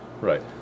Right